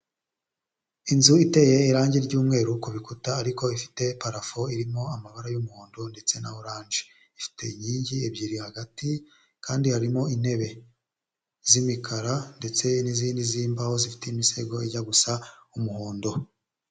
Inzu iteye irangi ry'umweru ku ibikuta ariko ifite parafu irimo amabara y'umuhondo ndetse na orange ifite inkingi ebyiri hagati kandi harimo intebe z'imikara ndetse n'izindi zimbaho zifite imisego ijya gusa umuhondo.